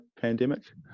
pandemic